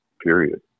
period